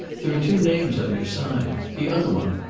there are two names on your sign. the other one,